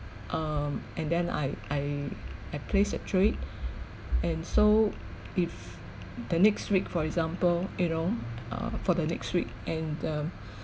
um and then I I I place a trade and so if the next week for example you know uh for the next week and um